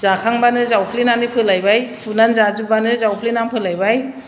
जाखांबानो जावफ्लेनानै फोलायबाय फुनानै जाजोब्बानो जावफ्लेनानै फोलायबाय